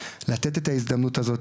לתת את ההזדמנות הזו,